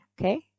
Okay